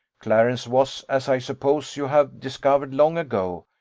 clarence was, as i suppose you have discovered long ago,